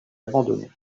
abandonné